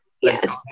Yes